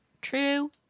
True